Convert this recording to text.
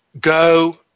go